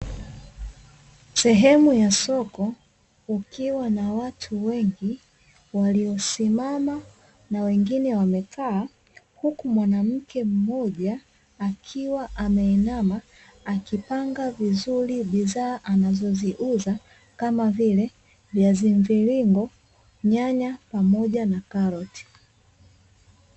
Sehemu ya soko kukiwa na watu wengi, walio simama na wengine wamekaa, huku mwanamke mmoja akiwa ameinama, akipanga vizurii bidhaa anazo ziuza kama vile viazi mviringo, nyanya pamoja na karoti.